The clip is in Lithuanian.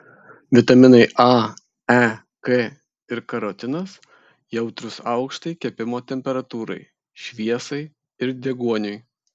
vitaminai a e k ir karotinas jautrūs aukštai kepimo temperatūrai šviesai ir deguoniui